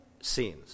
scenes